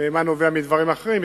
ומה נובע מדברים אחרים,